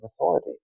authority